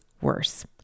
worse